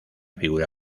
figura